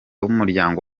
w’umuryango